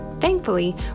Thankfully